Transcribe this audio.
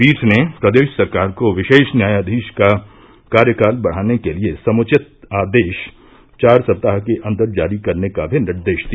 पीठ ने प्रदेश सरकार को विशेष न्यायाधीश का कार्यकाल बढ़ाने के लिए समुचित आदेश चार सप्ताह के अंदर जारी करने का भी निर्देश दिया